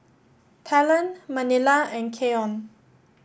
Talon Manilla and Keion